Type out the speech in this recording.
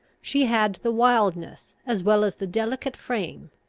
she had the wildness, as well as the delicate frame,